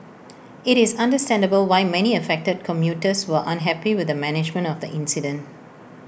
IT is understandable why many affected commuters were unhappy with the management of the incident